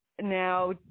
now